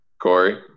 Corey